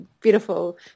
beautiful